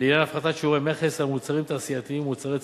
לעניין הפחתת שיעורי מכס על מוצרים תעשייתיים ומוצרי צריכה,